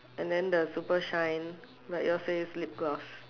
and then the super shine but yours says lip gloss